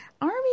army